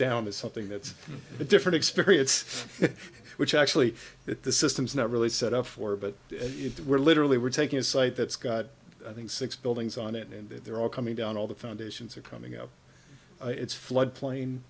down is something that's a different experience which actually that the system is not really set up for but if that were literally were taking a site that's got i think six buildings on it and they're all coming down all the foundations are coming up it's floodplain